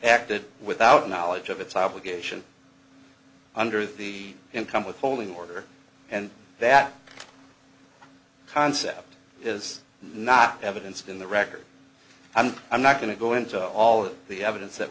acted without knowledge of its obligation under the income withholding order and that concept is not evidence in the record i'm i'm not going to go into all of the evidence that